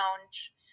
lounge